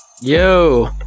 Yo